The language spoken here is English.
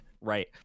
right